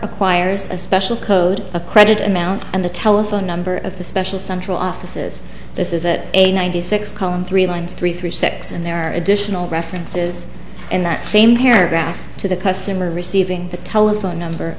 acquires a special code a credit amount and the telephone number of the special central offices this is at a ninety six column three lines three through six and there are additional references in that same paragraph to the customer receiving the telephone number